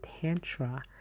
Tantra